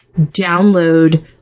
Download